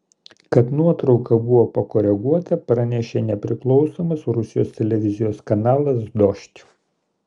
kad nuotrauka buvo pakoreguota pranešė nepriklausomas rusijos televizijos kanalas dožd